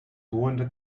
drohende